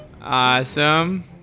Awesome